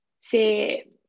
say